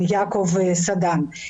עם יעקב סדן.